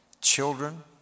children